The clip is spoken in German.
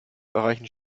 erreichen